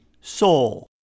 Soul